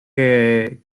que